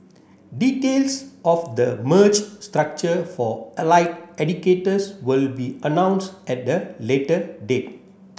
details of the merged structure for allied educators will be announced at the later date